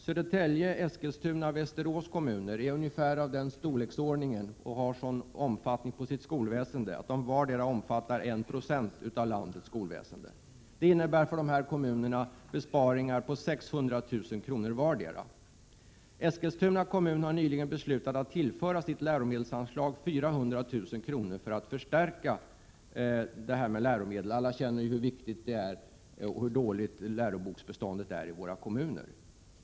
Södertälje, Eskilstuna och Västerås är ungefär av den storleksordningen och har sådan omfattning på sitt skolväsende att de vardera omfattar 1 20 av landets skolväsende. För dessa kommuner innebär förslaget besparingar om 600 000 kr. vardera. Eskilstuna kommun har nyligen beslutat att tillföra sitt läromedelsanslag 400 000 kr. för att förstärka resurserna för läromedelsinköp. Alla känner ju till hur viktig denna fråga är och hur dåligt läroboksbeståndet är i våra kommuner.